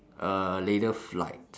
a later flight